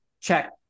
check